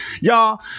Y'all